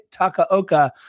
Takaoka